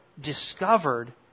discovered